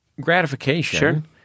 gratification—